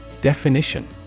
Definition